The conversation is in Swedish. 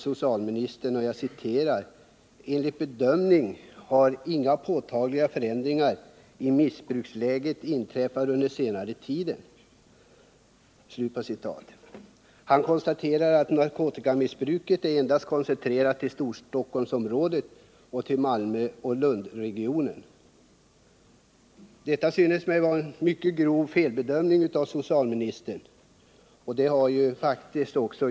Socialministern framhöll då: ”Enligt dessa bedömningar har inga påtagliga förändringar i missbruksläget inträffat under det senaste halvåret.” Socialministern konstaterade också att narkotikamissbruket enbart är koncentrerat till Storstockholmsområdet och Malmö-Lundregionen. Detta förefaller mig vara en mycket grov felbedömning, något som också justitieministern faktiskt har bekräftat i dag.